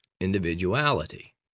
individuality